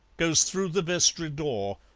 goes through the vestry door,